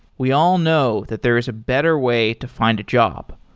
we all know that there is a better way to find a job.